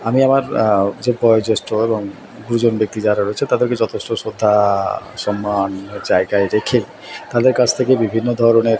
আমি আমার যে বয়োজ্যেষ্ঠ এবং গুরুজন ব্যক্তি যারা রয়েছে তাদেরকে যথেষ্ট শ্রদ্ধা সম্মান জায়গায় রেখে তাদের কাছ থেকে বিভিন্ন ধরনের